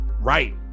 Right